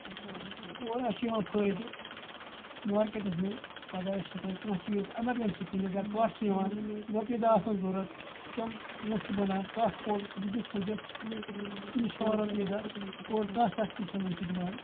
اور اَسہِ چھِ یِوان فٲیدٕ مارکیٹَس مںٛز پَگاہ آسہِ کانٛہہ کانٛہہ چیٖز تہِ اٮ۪مرجَنسی کٕنِتھ یا کَٹھ چھِ یِوان رۄپیہِ دَہ آسَن ضوٚرَتھ تِم پونٛسہٕ چھِ بَنان کَٹھ کوٚڈ یہِ دیُت پُجَس تٔمِس چھِ ہٮ۪وان رۄپیہِ دَہ اور کانٛہہ سختی چھَنہٕ اَمہِ سۭتۍ یِوان